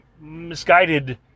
misguided